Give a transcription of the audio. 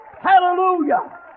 Hallelujah